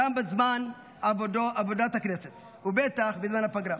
גם בזמן עבודת הכנסת ובטח בזמן הפגרה.